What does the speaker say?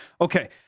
Okay